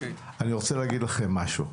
אני רוצה להגיד לכם משהו.